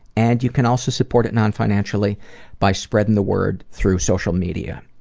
and you can also support it non-financially by spreading the word through social media.